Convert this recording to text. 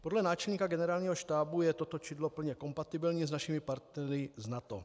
Podle náčelníka Generálního štábu je toto čidlo plně kompatibilní s našimi partnery z NATO.